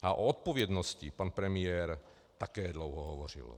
A o odpovědnosti pan premiér také dlouho hovořil.